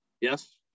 Yes